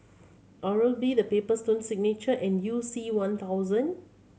Oral B The Paper Stone Signature and You C One thousand